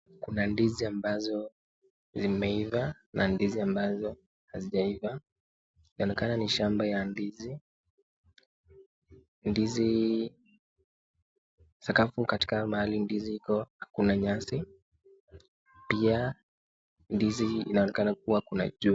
Kuna ndizi ambazo zimeiva na ndizi ambazo hazijaiva Yaonekana ni shamba ya ndizi ,sakafu katika mahali ndizi iko hakuna nyasi pia ndizi inaonekana kuwa kuna jua.